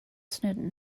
snowden